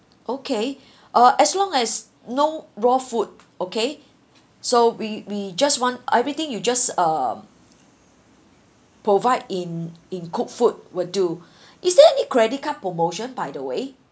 okay uh as long as no raw food okay so we we just want everything you just uh provide in in cooked food will do is there any credit card promotion by the way